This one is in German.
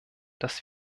dass